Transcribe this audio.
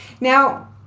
Now